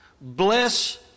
bless